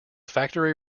factory